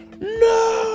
No